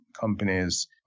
companies